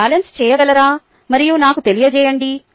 మీరు బ్యాలెన్స్ చేయగలరా మరియు నాకు తెలియజేయండి